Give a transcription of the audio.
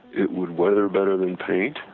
it would weather better than paint,